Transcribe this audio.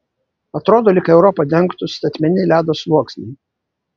atrodo lyg europą dengtų statmeni ledo sluoksniai